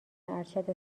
ارشد